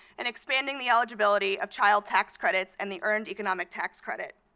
and expanding the eligibility of child tax credits and the earned economic tax credit.